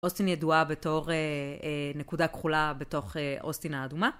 אוסטין ידועה בתור נקודה כחולה בתוך אוסטין האדומה.